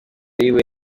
yiwe